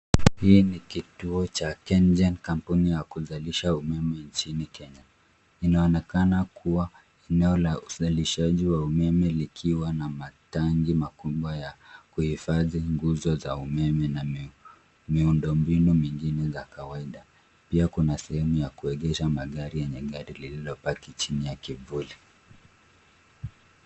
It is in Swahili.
Hii ni kituo cha KenGen kampuni ya kuzalisha umeme nchini Kenya. Inaonekana kuwa eneo la uzalishaji wa umeme likiwa na matangi makubwa ya kuhifadhi nguzo za umeme na miundo mbinu mingine za kawaida. Pia kuna sehemu ya kuegesha magari yenye gari lilopaki chini ya kivuli.